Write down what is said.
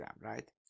right